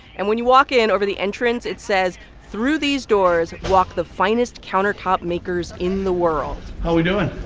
and when you walk in, over the entrance, it says, through these doors walk the finest countertop makers in the world how are we doing?